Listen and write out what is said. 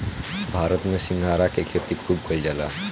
भारत में सिंघाड़ा के खेती खूब कईल जाला